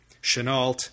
Chenault